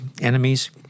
enemies